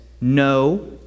No